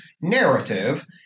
narrative